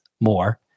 more